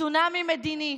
צונאמי מדיני.